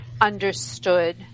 understood